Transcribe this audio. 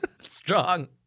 Strong